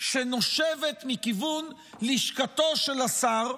שנושבת מכיוון לשכתו של השר,